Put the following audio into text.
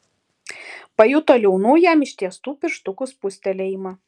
pajuto liaunų jam ištiestų pirštukų spustelėjimą